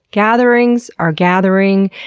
gatherings are gathering,